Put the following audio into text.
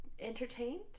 entertained